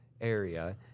area